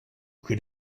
could